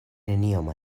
nenion